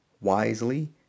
wisely